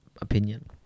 opinion